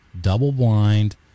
double-blind